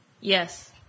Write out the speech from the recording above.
Yes